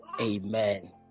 Amen